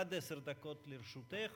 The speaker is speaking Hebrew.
עד עשר דקות לרשותך.